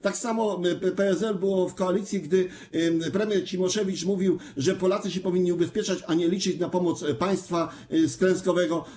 Tak samo PSL było w koalicji, gdy premier Cimoszewicz mówił, że Polacy się powinni ubezpieczać, a nie liczyć na pomoc państwa z klęskowego.